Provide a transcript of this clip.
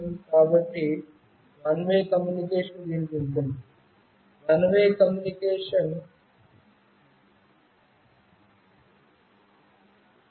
కాబట్టి one way communication దీనికి ఉంటుంది వన్ వే కమ్యూనికేషన్ దీనికి ఉంటుంది